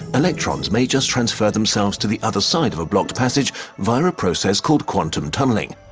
electrons may just transfer themselves to the other side of a blocked passage via a process called quantum tunnelling.